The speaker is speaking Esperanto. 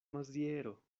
maziero